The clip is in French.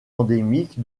endémique